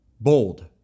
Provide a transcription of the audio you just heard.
bold